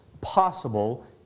possible